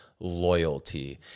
loyalty